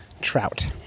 trout